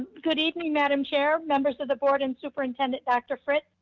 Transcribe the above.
good evening, madam chair, members of the board and superintendent dr. fritz.